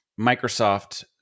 Microsoft